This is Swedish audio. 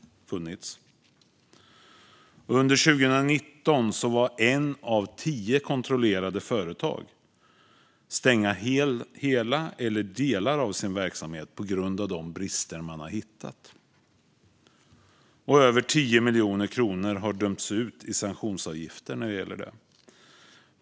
Under 2019 valde ett av tio kontrollerade företag att stänga hela eller delar av sin verksamhet på grund av de brister som hade hittats. Och över 10 miljoner kronor har dömts ut i sanktionsavgifter.